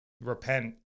Repent